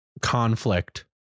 conflict